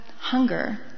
hunger